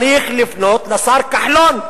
צריך לפנות לשר כחלון.